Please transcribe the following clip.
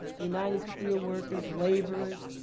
united steelworkers, laborers,